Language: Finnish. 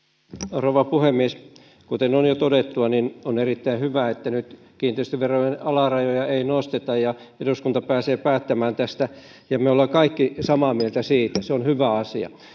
rouva puhemies kuten on jo todettu on erittäin hyvä että nyt kiinteistöverojen alarajoja ei nosteta ja eduskunta pääsee päättämään tästä me olemme kaikki samaa mieltä siitä se on hyvä asia